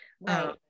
Right